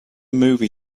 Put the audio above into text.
movie